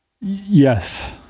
Yes